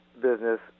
business